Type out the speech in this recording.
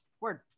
word